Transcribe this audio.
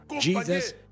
Jesus